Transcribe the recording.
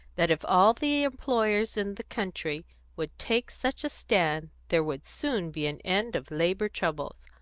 that if all the employers in the country would take such a stand, there would soon be an end of labour troubles.